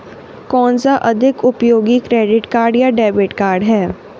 कौनसा अधिक उपयोगी क्रेडिट कार्ड या डेबिट कार्ड है?